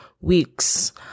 weeks